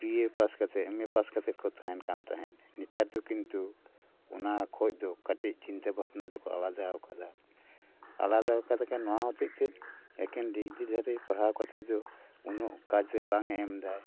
B A pass ᱠᱟᱛᱮᱫ M A pass ᱠᱟᱛᱮᱫ ᱠᱚ ᱛᱟᱦᱮᱱ ᱠᱟᱱ ᱛᱟᱦᱮᱫ ᱱᱮᱛᱟᱨ ᱫᱚ ᱠᱤᱱᱛᱩ ᱚᱱᱟ ᱠᱷᱚᱡ ᱫᱚ ᱠᱟᱹᱴᱤᱡ ᱪᱤᱱᱛᱟᱹ ᱵᱷᱟᱵᱱᱟ ᱫᱚᱠᱚ ᱟᱞᱟᱫᱟ ᱟᱠᱟᱫᱟ ᱟᱞᱟᱫᱟ ᱟᱠᱟᱫᱟ ᱠᱚ ᱱᱚᱣᱟ ᱦᱚᱛᱮᱫ ᱛᱮ ᱮᱠᱮᱱ ᱰᱤᱜᱽᱨᱤ ᱫᱷᱟᱨᱤ ᱯᱟᱲᱦᱟᱣ ᱠᱟᱛᱮᱫ ᱫᱚ ᱩᱱᱟᱹᱜ ᱠᱟᱡ ᱨᱮ ᱵᱟᱝ ᱮ ᱮᱢ ᱮᱫᱟ